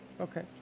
Okay